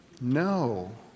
No